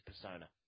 Persona